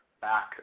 back